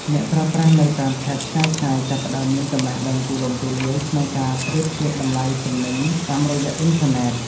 អ្នកប្រើប្រាស់នៅតាមខេត្តឆ្ងាយៗចាប់ផ្តើមមានចំណេះដឹងទូលំទូលាយក្នុងការប្រៀបធៀបតម្លៃទំនិញតាមរយៈអ៊ីនធឺណិត។